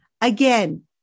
Again